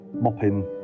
mopping